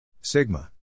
Sigma